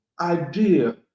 idea